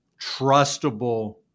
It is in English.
trustable